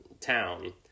town